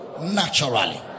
naturally